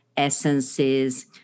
Essences